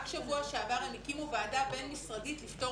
רק שבוע שעבר הם הקימו ועדה בין-משרדית לפתור